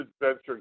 adventure